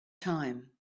time